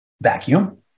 vacuum